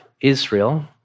Israel